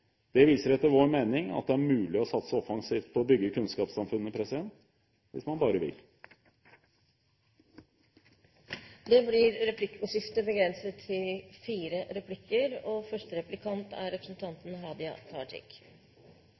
Etter vår mening viser det at det er mulig å satse offensivt på å bygge kunnskapssamfunnet, hvis man bare vil. Det blir replikkordskifte. Jeg vil gjerne ta tak i noe av det som representanten